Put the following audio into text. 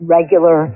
regular